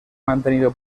mantenido